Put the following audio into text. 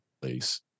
place